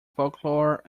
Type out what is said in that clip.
folklore